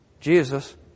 Jesus